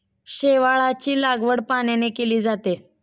शेवाळाची लागवड पाण्यात केली जाते